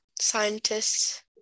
scientists